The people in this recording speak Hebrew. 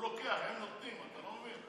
הוא לוקח, הם נותנים, אתה לא מבין.